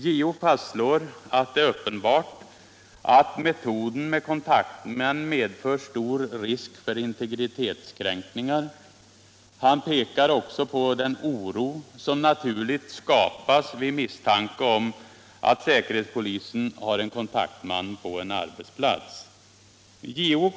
JO fastslår alt det är uppenbart att ”metoden med kontaktmän medför stor risk för integritetskränkningar”. Han pekar också på den oro som naturligt skapas vid misstanke om att säkerhetspolisen har en kontaktman på en arbetsplats.